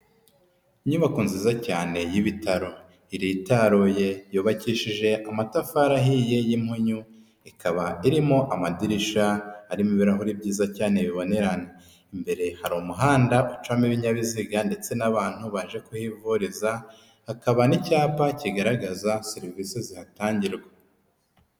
Inyubako nziza cyane y'ibitaro, iritaruye yubakishije amatafari ahiye y'impunyu, ikaba irimo amadirisha arimo ibirahuri byiza cyane bibonerana. Imbere hari umuhanda ucamo ibinyabiziga ndetse n'abantu baje kuhivuriza, hakaba n'icyapa kigaragaza serivisi zihatangirwa.